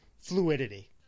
fluidity